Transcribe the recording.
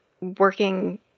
working